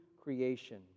creation